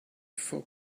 for